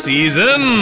Season